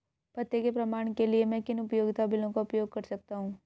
पते के प्रमाण के लिए मैं किन उपयोगिता बिलों का उपयोग कर सकता हूँ?